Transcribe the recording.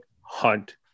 hunt